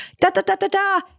da-da-da-da-da